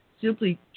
simply